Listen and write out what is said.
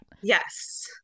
Yes